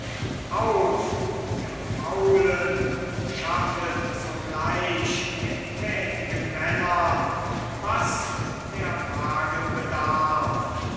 auf ihr faulen schaffet sogleich den tätigen männern was der magen bedarf